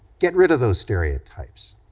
get rid of those stereotypes.